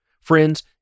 Friends